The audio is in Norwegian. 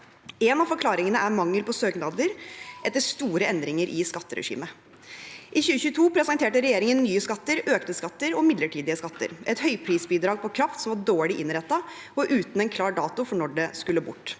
En av forklaringene er mangel på søknader etter store endringer i skatteregimet. I 2022 presenterte regjeringen nye skatter, økte skatter og midlertidige skatter: et høyprisbidrag på kraft som var dårlig innrettet og uten en klar dato for når det skulle bort,